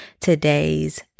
today's